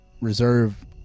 reserve